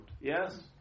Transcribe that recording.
Yes